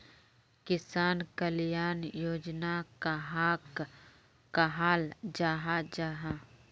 किसान कल्याण योजना कहाक कहाल जाहा जाहा?